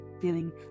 feeling